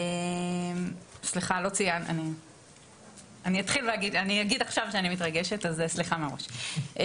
אני אגיד עכשיו שאני מתרגשת אז סליחה מראש.